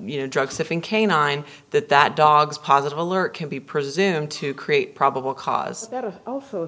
you know drug sniffing canine that that dog's positive alert can be presumed to create probable cause that oh